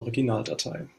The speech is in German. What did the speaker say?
originaldatei